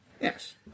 Yes